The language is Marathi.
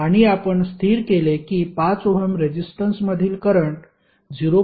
आणि आपण स्थिर केले की 5 ओहम रेजिस्टन्समधील करंट 0